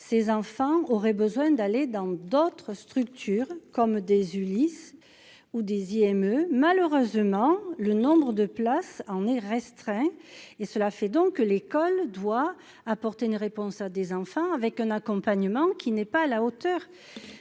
ses enfants auraient besoin d'aller dans d'autres structures comme des Ulis ou dixième, malheureusement, le nombre de places en est restreint et cela fait donc que l'école doit apporter une réponse à des enfants avec un accompagnement qui n'est pas à la hauteur,